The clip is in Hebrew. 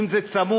אם זה צמוד,